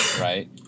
Right